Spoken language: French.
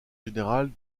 générale